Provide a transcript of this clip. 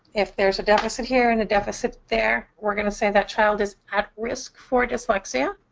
if there's a deficit here and a deficit there, we're going to say that child is at risk for dyslexia,